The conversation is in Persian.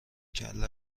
کله